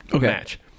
match